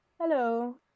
hello